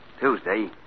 Tuesday